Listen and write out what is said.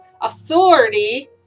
authority